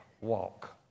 walk